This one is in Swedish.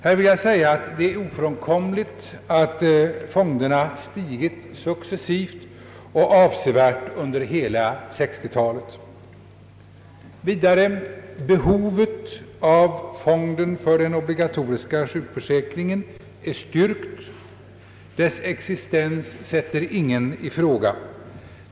Här vill jag säga att det är ofrånkomligt att fonderna stigit successivt och avsevärt under hela 1960-talet. Vidare vill jag säga att behovet av fonden för den obligatoriska sjukförsäkringen är styrkt. Dess existens sätter ingen i fråga.